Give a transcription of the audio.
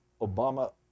Obama